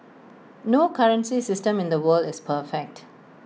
no currency system in the world is perfect